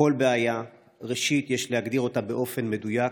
כל בעיה, ראשית, יש להגדיר אותה באופן מדויק.